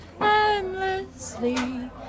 endlessly